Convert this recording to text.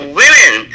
women